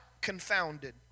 confounded